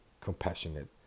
compassionate